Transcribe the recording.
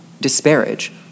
disparage